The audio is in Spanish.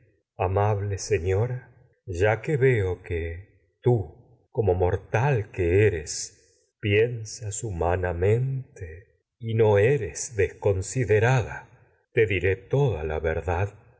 amable eres señora ya que veo que y no tú como mortal que piensas humanamente tragedias de sófocles eres desconsiderada te diré toda la verdad